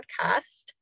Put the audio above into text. podcast